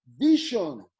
Vision